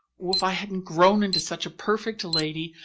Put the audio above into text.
if i hadn't grown into such a perfect lady,